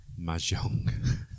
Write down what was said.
Mahjong